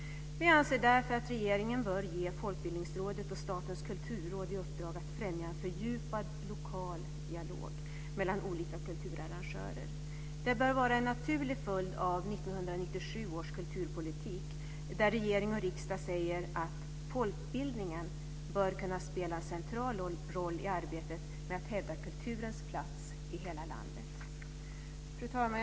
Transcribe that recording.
Vi anser därför att regeringen bör ge Folkbildningsrådet och Statens kulturråd i uppdrag att främja en fördjupad lokal dialog mellan olika kulturarrangörer. Detta har ju varit en naturlig följd av 1997 års kulturpolitik där regering och riksdag säger att folkbildningen bör kunna spela en central roll i arbetet med att hävda kulturens plats i hela landet. Fru talman!